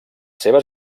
seves